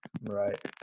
Right